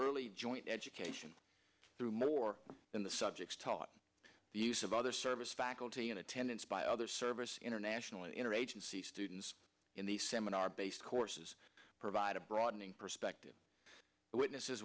early joint education through more than the subjects taught the use of other service faculty in attendance by other service internationally interagency students in the seminar based courses provide a broadening perspective witnesses